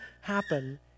happen